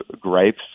gripes